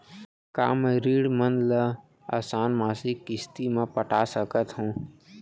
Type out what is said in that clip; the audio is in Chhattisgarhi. का मैं ऋण मन ल आसान मासिक किस्ती म पटा सकत हो?